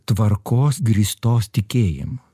tvarkos grįstos tikėjimu